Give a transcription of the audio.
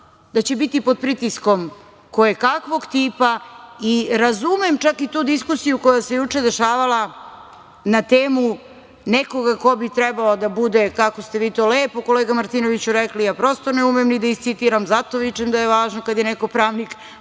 da će biti pod pritiskom kojekakvog tipa i razumem čak i tu diskusiju koja se juče dešavala na temu nekoga ko bi trebalo da bude, kako ste vi to lepo kolega Martinoviću rekli, ja prosto ne umem ni da iscitiram, zato vičem da je važno kada je neko pravnik,